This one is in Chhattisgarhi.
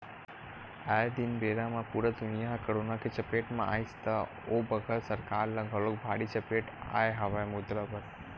आये दिन बेरा म पुरा दुनिया ह करोना के चपेट म आइस त ओ बखत सरकार ल घलोक भारी चपेट आय हवय मुद्रा बर